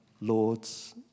lords